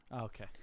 Okay